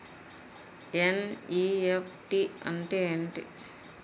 NEFT అంటే ఎంటి?